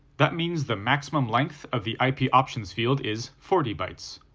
that means the maximum length of the ip options field is forty bytes.